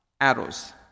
arrows